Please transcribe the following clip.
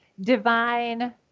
divine